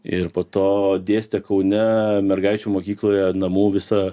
ir po to dėstė kaune mergaičių mokykloje namų visą